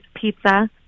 pizza